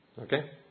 Okay